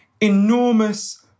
enormous